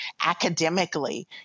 academically